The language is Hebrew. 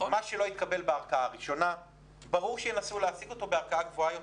מה שלא התקבל בערכאה ראשונה ברור שינסו להשיג אותו בערכאה גבוהה יותר.